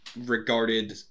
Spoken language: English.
regarded